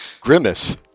Grimace